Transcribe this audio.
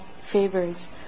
favors